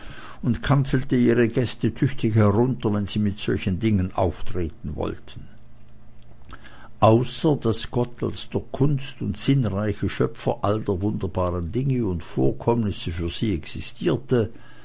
und kanzelte ihre gäste tüchtig herunter wenn sie mit solchen dingen auftreten wollten außer daß gott als der kunst und sinnreiche schöpfer all der wunderbaren dinge und vorkommnisse für sie existierte